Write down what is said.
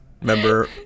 Remember